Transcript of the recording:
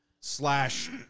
slash